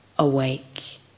awake